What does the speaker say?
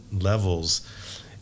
levels